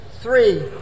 three